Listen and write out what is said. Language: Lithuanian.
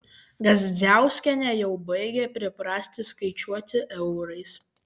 gazdziauskienė jau baigia priprasti skaičiuoti eurais